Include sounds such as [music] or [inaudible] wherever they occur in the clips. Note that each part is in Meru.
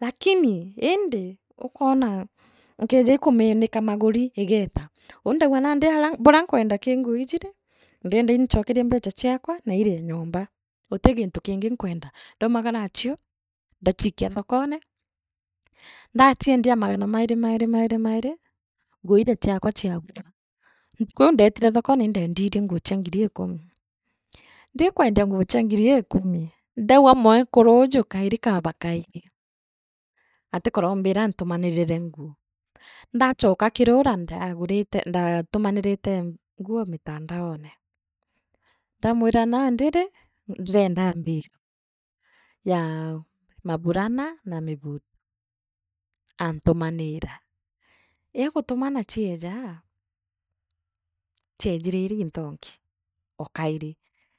Lakini indi ukoona nkeeja kumiinika maguri igreta uuni ndauga nandi aria buria nkwenda ki nguu iiji rii ndienda iinchokeria mbecha chiakwa na irie nyomba, uti gintu kingi nkwenda ndaumagara achio, ndachikia thokone, ndachiendie makana mairie mairie mairie mairie, ngoirie chia [noise] kwa chiakuru, indeendirie nguu chia ngiri ikumi ndiikwendia nguu chia ngiri ikumi ndaua mwekuru uuju kairi kaaba kairi atikorombira antamaninire nguu, ndaachoka kiri uria nda ndagurite ndatuimanirite nguu mitandaone. Ndamwira nandi rii ndirienda mbira, [hesitation] yaa maburana na miguuto, aantumaniraa. Eeegutumana chie jaa, chiejire irii inthongi okairi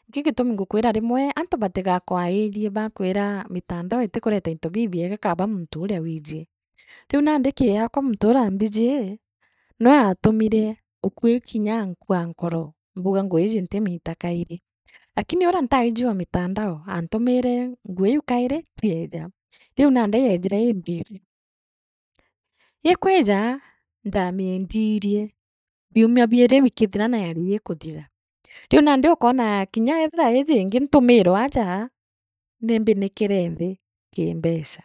ikio gitumi ngukwira rimwe antu batiga kwairie baakwiria mitandao itikureta into bibiega kaaba muntu uria wiiji riu nandi kiakwa muntu uria mbijii nwee aatumire ukui kinya nkua nkoro mbugua ngugi iiji ntimiita kairi lakini uria ntaiji oo mitandao aantu mire nguu iu kairi chiejaa riu nandi yeejire ii mbiru Ikwiija, ndaamiendirie biumia biiri bikithira nieri ikuthira riu nandi ukwona kirya ethira iiji ingi ntumirwe aaja niimbinikire nthi kiimbecha.